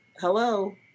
hello